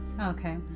Okay